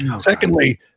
Secondly